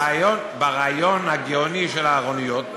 ברעיון הגאוני של הארוניות.